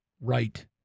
right